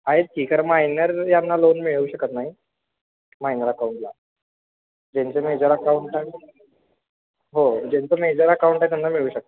आहेत की कारण मायनर यांना लोन मिळू शकत नाही मायनर अकाउंटला ज्यांचं मेजर अकाऊंट आहे हो ज्यांचं मेजर अकाऊंट आहे त्यांना मिळू शकत